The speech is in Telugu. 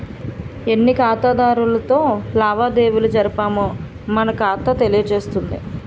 ఎన్ని ఖాతాదారులతో లావాదేవీలు జరిపామో మన ఖాతా తెలియజేస్తుంది